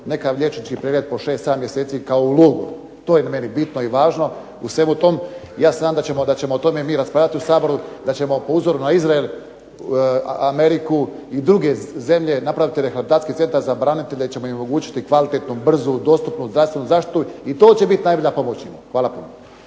čekaju liječnički pregled po 6, 7 mjeseci kao u logoru, to je meni bitno i važno u svemu tom, i ja se nadam da ćemo o tome mi raspravljati u Saboru, da ćemo po uzoru na Izrael, Ameriku i druge zemlje napraviti rehabilitacijski centar za branitelje gdje ćemo im omogućiti kvalitetnu, brzu, dostupnu zdravstvenu zaštitu i to će biti najbolja pomoć njima. Hvala.